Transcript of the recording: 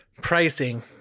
Pricing